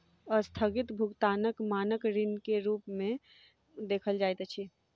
अस्थगित भुगतानक मानक ऋण के रूप में देखल जाइत अछि